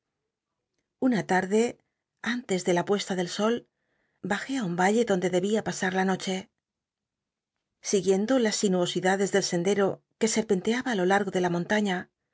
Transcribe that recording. una tarde mies de la puesta del sol b jé un alle donde dcbia pasa la noche siguiendo las sinuosidades del sendero que ser ponteaba ú lo largo de la montaña